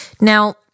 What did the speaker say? Now